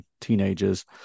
teenagers